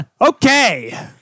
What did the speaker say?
Okay